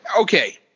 Okay